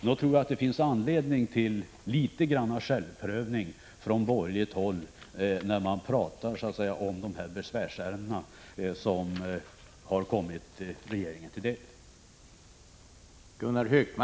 Nog finns det anledning till litet grand självprövning från borgerligt håll, när ni pratar om de besvärsärenden regeringen haft att handlägga.